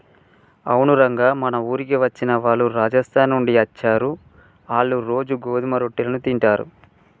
అవును రంగ మన ఊరికి వచ్చిన వాళ్ళు రాజస్థాన్ నుండి అచ్చారు, ఆళ్ళ్ళు రోజూ గోధుమ రొట్టెలను తింటారు